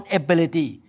ability